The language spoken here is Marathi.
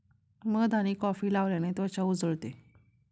मध आणि कॉफी लावल्याने त्वचा उजळते